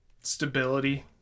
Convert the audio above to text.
stability